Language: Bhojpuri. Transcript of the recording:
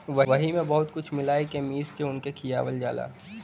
वही मे बहुत कुछ मिला के मीस के उनके खियावल जाला